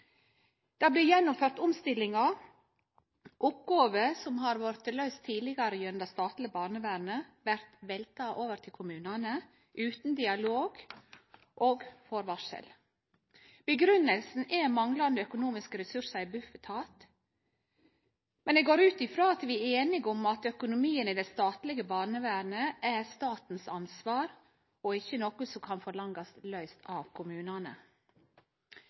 Det blir gjennomført omstillingar. Oppgåver som har blitt løyste tidlegare gjennom det statlege barnevernet, blir velta over på kommunane utan dialog og forvarsel. Grunngjevinga er manglande økonomiske ressursar i Bufetat. Men eg går ut frå at vi er einige om at økonomien i det statlege barnevernet er statens ansvar, og ikkje noko som kan krevjast løyst av kommunane.